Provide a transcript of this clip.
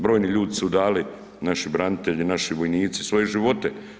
Brojni ljudi su dali, naši branitelji, naši vojnici svoje živote.